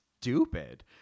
stupid